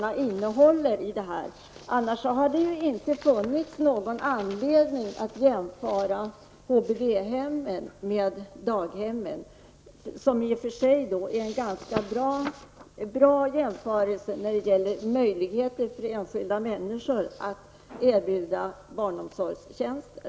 Det måste förhålla sig på det sätt som jag tror, för annars hade det ju inte funnits någon anledning att jämföra HVB-hemmen med daghemmen. I och för sig är det en ganska bra jämförelse med tanke på de enskilda människornas möjligheter att erbjuda barnomsorgstjänster.